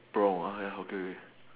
bronze okay okay